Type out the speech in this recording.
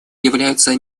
являются